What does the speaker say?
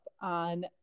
on